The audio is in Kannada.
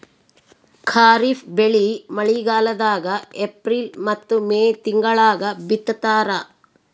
ಖಾರಿಫ್ ಬೆಳಿ ಮಳಿಗಾಲದಾಗ ಏಪ್ರಿಲ್ ಮತ್ತು ಮೇ ತಿಂಗಳಾಗ ಬಿತ್ತತಾರ